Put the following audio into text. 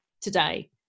today